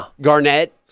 Garnett